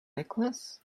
necklace